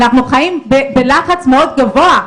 אנחנו חיים בלחץ מאוד גבוה.